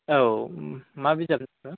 औ मा बिजाब